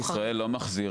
מדינת ישראל לא מחזירה